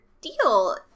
deal